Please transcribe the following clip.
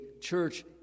church